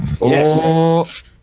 Yes